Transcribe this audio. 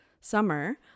summer